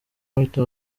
white